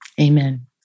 Amen